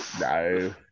No